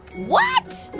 what?